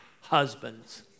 husbands